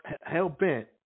hell-bent